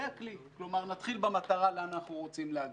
זה הכלי ונתחיל במטרה, לאן אנחנו רוצים להגיע.